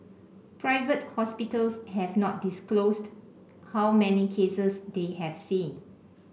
private hospitals have not disclosed how many cases they have seen